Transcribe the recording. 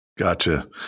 Gotcha